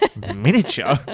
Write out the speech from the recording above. miniature